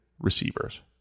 receivers